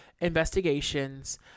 investigations